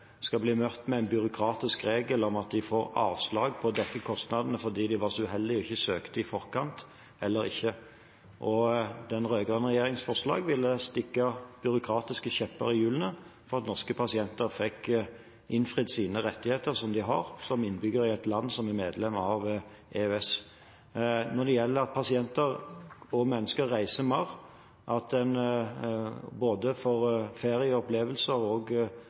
skal bli møtt med en byråkratisk regel og få avslag på å få dekket kostnadene fordi de var så uheldige ikke å søke i forkant, eller ikke. Den rød-grønne regjeringens forslag ville stikke byråkratiske kjepper i hjulene for at norske pasienter fikk innfridd de rettighetene de har som innbyggere i et land som er medlem av EØS. Når det gjelder det at pasienter og mennesker reiser mer, i og med at en både får ferie og opplevelser og